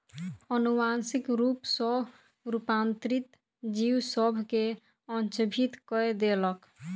अनुवांशिक रूप सॅ रूपांतरित जीव सभ के अचंभित कय देलक